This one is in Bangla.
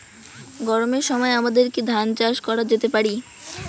গরমের সময় আমাদের কি ধান চাষ করা যেতে পারি?